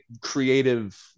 creative